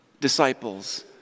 disciples